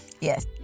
Yes